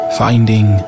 finding